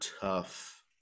tough